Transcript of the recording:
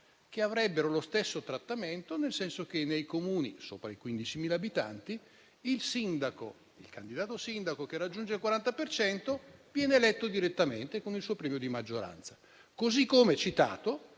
che avrebbero lo stesso trattamento. Nei Comuni sopra i 15.000 abitanti il candidato sindaco che raggiunge il 40 per cento viene eletto direttamente, con il suo premio di maggioranza; così come citato,